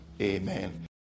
Amen